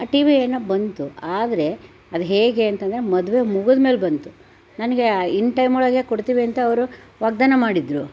ಆ T V ಏನೋ ಬಂತು ಆದರೆ ಅದು ಹೇಗೆ ಅಂತಂದರೆ ಮದುವೆ ಮುಗಿದ್ಮೇಲ್ ಬಂತು ನನಗೆ ಆ ಇನ್ ಟೈಮ್ ಒಳಗೆ ಕೊಡ್ತೀವಿ ಅಂತ ಅವರು ವಾಗ್ದಾನ ಮಾಡಿದ್ದರು